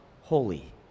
holy